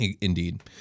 indeed